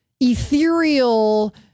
ethereal